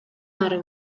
ары